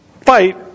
fight